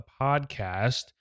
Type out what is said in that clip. podcast